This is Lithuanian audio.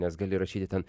nes gali rašyti ten